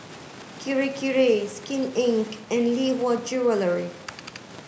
Kirei Kirei Skin Inc and Lee Hwa Jewellery